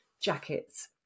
jackets